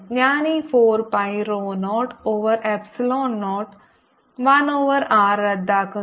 ഞാൻ ഈ 4 pi rho 0 over epsilon 0 1 over R റദ്ദാക്കുന്നു